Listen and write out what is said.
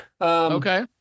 Okay